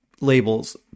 labels